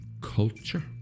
Culture